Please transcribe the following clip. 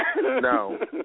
no